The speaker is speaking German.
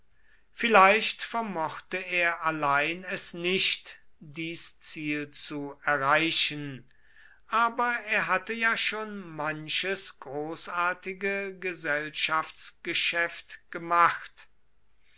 vielleicht vermochte er allein es nicht dies ziel zu erreichen aber er hatte ja schon manches großartige gesellschaftsgeschäft gemacht